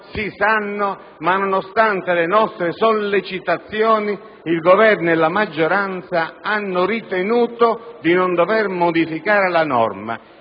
si sanno, ma nonostante le nostre sollecitazioni il Governo e la maggioranza hanno ritenuto di non dover modificare la norma.